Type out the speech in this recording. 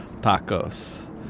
tacos